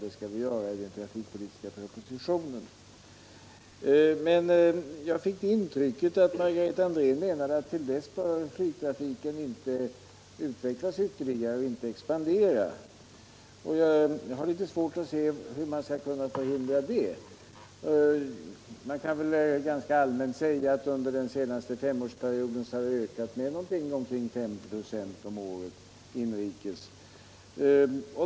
Det skall vi göra i den trafikpolitiska propositionen. Jag fick det intrycket att Margareta Andrén menar att flygtrafiken till dess inte skall utvecklas ytterligare och inte expandera. Jag har litet svårt att se hur man skulle förhindra det. Man kan väl ganska allmänt säga att inrikesflyget under den senaste femårsperioden har ökat med omkring 5 26 om året.